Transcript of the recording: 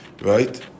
right